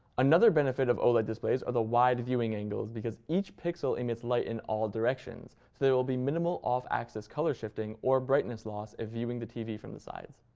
another benefit of oled displays are the wide viewing angles, because each pixel emits light in all directions. so there will be minimal off-axis color shifting or brightness loss if viewing the tv from the sides.